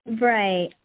Right